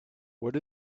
what